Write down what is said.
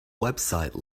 website